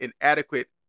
inadequate